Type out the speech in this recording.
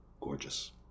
gorgeous